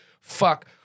Fuck